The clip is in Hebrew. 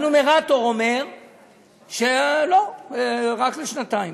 הנומרטור אומר שלא, רק לשנתיים.